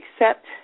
accept